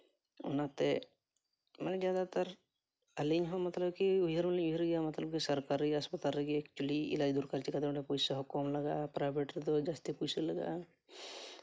ᱚᱱᱟᱛᱮ ᱢᱟᱱᱮ ᱡᱟᱫᱟᱛᱚᱨ ᱟᱹᱞᱤᱧ ᱦᱚᱸ ᱢᱚᱛᱞᱚᱵ ᱠᱤ ᱩᱭᱦᱟᱹᱨ ᱦᱚᱸᱞᱤᱧ ᱩᱭᱦᱟᱹᱨ ᱜᱮᱭᱟ ᱢᱚᱛᱞᱚᱵ ᱠᱤ ᱥᱚᱨᱠᱟᱨᱤ ᱦᱟᱥᱯᱟᱛᱟᱞ ᱨᱮᱜᱮ ᱮᱠᱪᱩᱞᱤ ᱮᱞᱟᱡᱽ ᱫᱚᱨᱠᱟᱨ ᱪᱤᱠᱟᱹᱛᱮ ᱱᱚᱰᱮ ᱯᱚᱭᱥᱟ ᱦᱚᱸ ᱠᱚᱢ ᱞᱟᱜᱟᱜᱼᱟ ᱯᱨᱟᱭᱵᱷᱮᱹᱴ ᱨᱮᱫᱚ ᱡᱟᱹᱥᱛᱤ ᱯᱚᱭᱥᱟ ᱞᱟᱜᱟᱜᱼᱟ